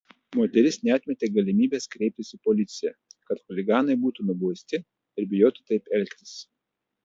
moteris neatmetė galimybės kreiptis į policiją kad chuliganai būtų nubausti ir bijotų taip elgtis